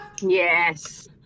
yes